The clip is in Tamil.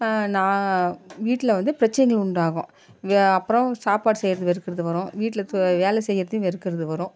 நான் வீட்டில் வந்து பிரச்சனைகள் உண்டாகும் இங்கே அப்புறம் சாப்பாடு செய்கிறது வெறுக்கிறது வரும் வீட்டில் வேலை செய்கிறதும் வெறுக்கிறது வரும்